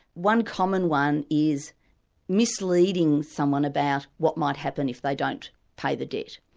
one common one is misleading someone about what might happen if they don't pay the debt.